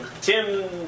Tim